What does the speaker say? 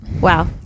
Wow